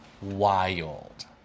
wild